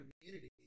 community